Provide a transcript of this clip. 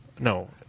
No